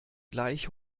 gleich